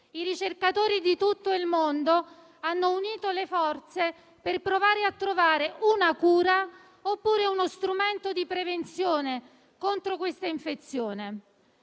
i ricercatori di tutto il mondo hanno unito le forze per provare a trovare una cura oppure uno strumento di prevenzione contro questa infezione.